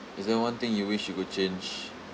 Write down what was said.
is there one thing you wish you could change